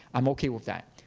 i'm okay with that.